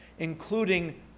including